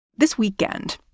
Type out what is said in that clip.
this weekend,